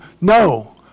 no